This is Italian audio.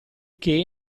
che